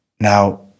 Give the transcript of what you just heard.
Now